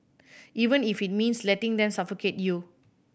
even if it means letting them suffocate you